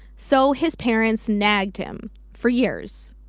so his parents nagged him. for years.